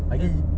err